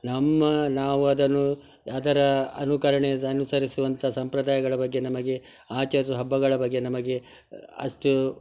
ನಮ್ಮ ನಾವು ಅದನ್ನು ಅದರ ಅನುಕರಣೆ ಸಹ ಅನುಸರಿಸುವಂಥ ಸಂಪ್ರದಾಯಗಳ ಬಗ್ಗೆ ನಮಗೆ ಆಚರಿಸುವ ಹಬ್ಬಗಳ ಬಗ್ಗೆ ನಮಗೆ ಅಷ್ಟು